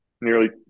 nearly